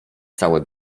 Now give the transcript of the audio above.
całe